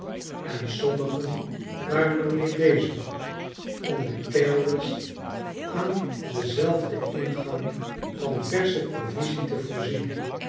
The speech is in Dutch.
en sommigen waren er mee bezig om de kelders aan denzelfden ingang van versche provisie te voorzien